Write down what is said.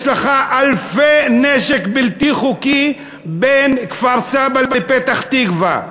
יש לך אלפי כלי נשק בלתי חוקי בין כפר-סבא לפתח-תקווה.